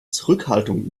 zurückhaltung